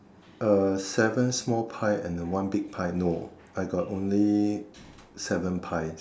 uh seven small pie and a one big pie no I got only seven pies